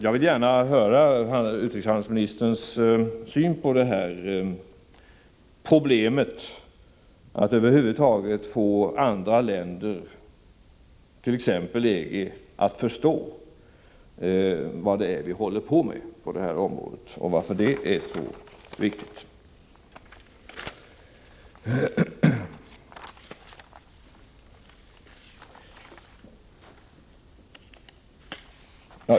Jag vill gärna höra utrikeshandelsministerns syn på problemet att över huvud taget få andra länder och EG att förstå vad det är vi håller på med på detta område och varför det är så viktigt för oss.